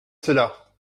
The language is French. cela